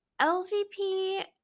LVP